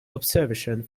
observation